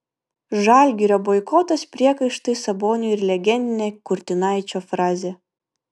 žalgirio boikotas priekaištai saboniui ir legendinė kurtinaičio frazė